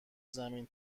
زمین